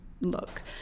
look